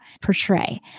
portray